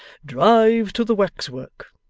drive to the wax-work